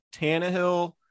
Tannehill